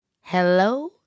Hello